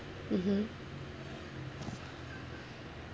mmhmm